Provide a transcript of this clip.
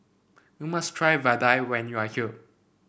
you must try Vadai when you are here